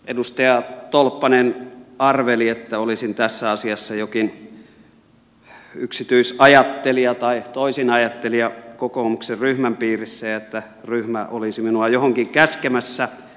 edustaja tolppanen arveli että olisin tässä asiassa jokin yksityisajattelija tai toisinajattelija kokoomuksen ryhmän piirissä ja että ryhmä olisi minua johonkin käskemässä